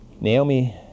Naomi